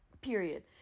Period